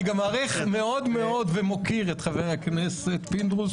אני גם מעריך מאוד מאוד ומוקיר חבר הכנסת פינדרוס,